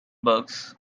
bugs